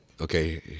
okay